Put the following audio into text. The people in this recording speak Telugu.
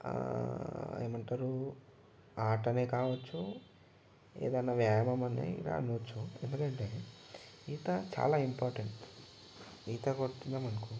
ఏమంటారు ఆట కావచ్చు ఏదైనా వ్యాయామం అని అనవచ్చు ఎందకంటే ఈత చాలా ఇంపార్టెంట్ ఈత కొడుతున్నాం అనుకో